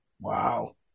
Wow